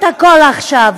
את רוצה לגבות את חמאס?